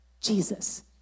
Jesus